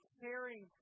caring